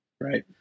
Right